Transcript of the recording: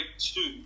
two